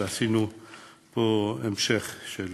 ועשינו פה המשך של